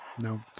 No